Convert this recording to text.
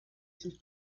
sus